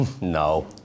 No